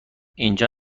اینجا